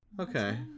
Okay